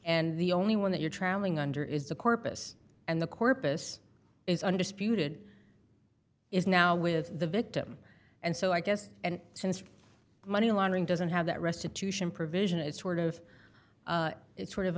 and the only one that you're traveling under is the corpus and the corpus is undisputed is now with the victim and so i guess and since money laundering doesn't have that restitution provision it's sort of it's sort of